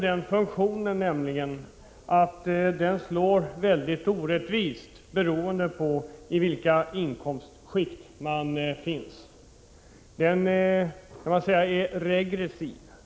Det gäller exempelvis maten.